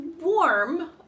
warm